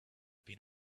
been